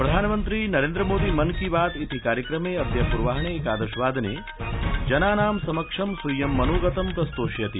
प्रधानमन्त्री नरेन्द्र मोदी मन की बात इति कार्यक्रमे अद्य पूर्वाह्ने एकादशवादने जनानां समक्ष स्वीयं मनोगतं प्रस्तोष्यति